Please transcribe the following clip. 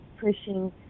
pushing